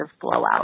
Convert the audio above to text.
blowout